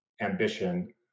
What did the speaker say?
ambition